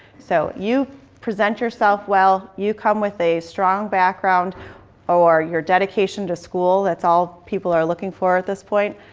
so you present yourself well, you come with a strong background or your dedication to school that's all people are looking for at this point